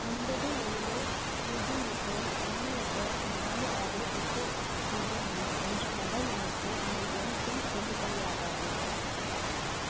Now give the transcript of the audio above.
ஒன்பது ஏழு பூஜ்ஜியம் எட்டு ஒன்று எட்டு நாலு ஆறு எட்டு பூஜ்ஜியம் மூணு என்ற மொபைல் எண்ணுக்கு உங்கள் எம்பின் செல்லுபடியாகாது